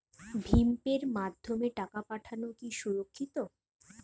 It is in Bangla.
ভিম পের মাধ্যমে টাকা পাঠানো কি সুরক্ষিত?